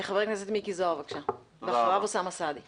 חבר הכנסת מיקי זוהר, בבקשה, אחריו חבר